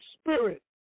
spirit